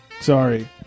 Sorry